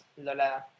Lola